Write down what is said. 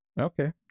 Okay